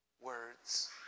words